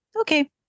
okay